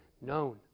known